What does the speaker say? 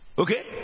Okay